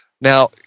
Now